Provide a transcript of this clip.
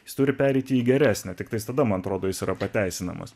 jis turi pereiti į geresnę tiktai tada man atrodo jis yra pateisinamas